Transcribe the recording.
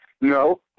No